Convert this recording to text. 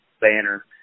banner